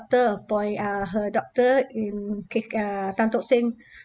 doctor appoint uh her doctor in k uh tan tock seng